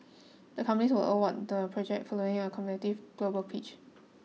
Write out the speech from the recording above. the companies were award the project following a competitive global pitch